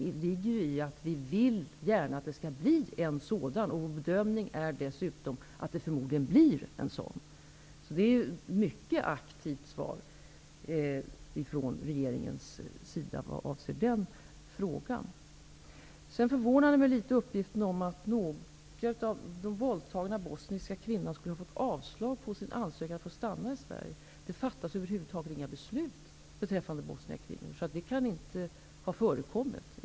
I den formuleringen ligger en förhoppning om att en sådan skall komma till stånd. Vår bedömning är dessutom att det förmodligen kommer att ske. Svaret från regeringen är alltså mycket aktivt vad avser den frågan. Jag blev litet förvånad över uppgiften att några av de våldtagna bosniska kvinnorna skulle ha fått avslag på sin ansökan om att få stanna i Sverige. Det fattas över huvud taget inga beslut beträffande bosniska kvinnor, så det kan inte ha förekommit.